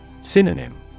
Synonym